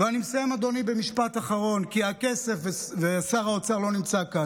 אני מסיים, אדוני, במשפט אחרון, כי הכסף, שר האוצר